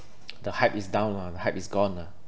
the hype is down lah the hype is gone lah